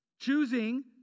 Choosing